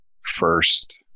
first